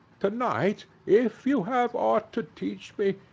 to-night, if you have aught to teach me,